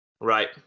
Right